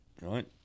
right